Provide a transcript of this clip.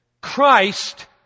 Christ